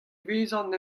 vezan